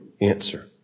answer